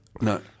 No